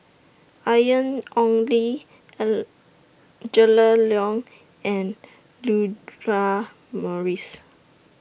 Ian Ong Li Angela Liong and Audra Morrice